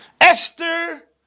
Esther